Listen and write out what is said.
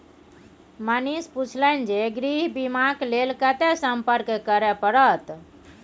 मनीष पुछलनि जे गृह बीमाक लेल कतय संपर्क करय परत?